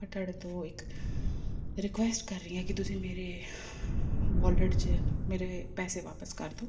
ਮੈਂ ਤੁਹਾਡੇ ਤੋਂ ਇੱਕ ਰਿਕੁਐਸਟ ਕਰ ਰਹੀ ਹਾਂ ਕਿ ਤੁਸੀਂ ਮੇਰੇ ਵੋਲਟ 'ਚ ਮੇਰੇ ਪੈਸੇ ਵਾਪਸ ਕਰ ਦਿਉ